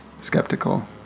Skeptical